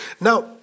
Now